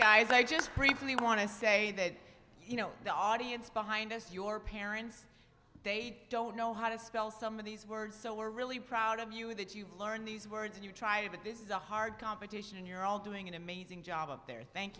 guys i just briefly want to say that you know the audience behind us your parents they don't know how to spell some of these words so we're really proud of you that you learn these words and you try to but this is a hard competition and you're all doing an amazing job up there thank